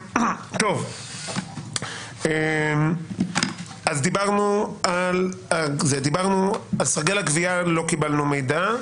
טוב, דיברנו על סרגל הגבייה לא קיבלנו מידע.